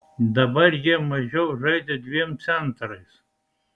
dabar jie mažiau žaidžia dviem centrais